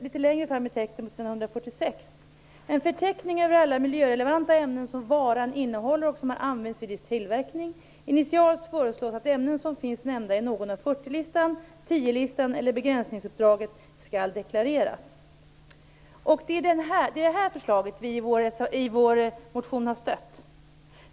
Litet längre fram i texten på s. 146 nämns en förteckning över alla miljörelevanta ämnen som varan innehåller och som har använts vid dess tillverkning. Initialt föreslås att ämnen som finns nämnda i någon av 40-listan, 10 Det är det här förslaget som vi stöder i vår motion.